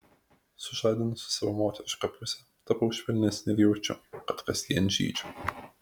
sužadinusi savo moterišką pusę tapau švelnesnė ir jaučiu kad kasdien žydžiu